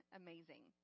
amazing